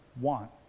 want